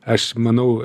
aš manau